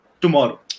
tomorrow